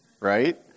right